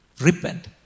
Repent